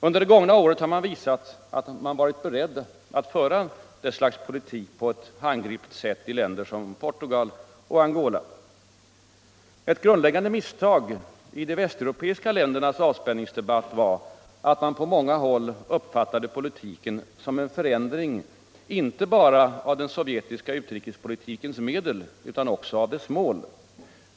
Under det gångna året har man visat att man varit beredd att föra det slagets politik på ett handgripligt sätt i länder som Portugal och Angola. Ett grundläggande misstag i de västeuropeiska ländernas avspänningsdebatt var att man på många hål! uppfattade avspänningspolitiken som en förändring inte bara av den sovjetiska utrikespolitikens medel, utan också av dess mål.